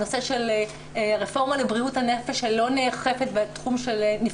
נושא של רפורמה לבריאות הנפש שלא נאכפת בתחום של אלימות